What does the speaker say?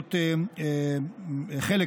להיות חלק